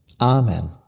Amen